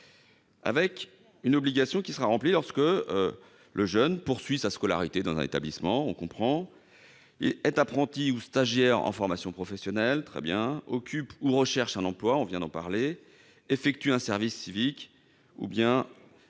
Cette obligation sera remplie lorsque le jeune poursuit sa scolarité dans un établissement- on comprend -, est apprenti ou stagiaire en formation professionnelle- très bien -, occupe ou recherche un emploi- on vient d'en parler -, effectue un service civique ou se